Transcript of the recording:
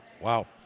Wow